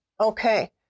Okay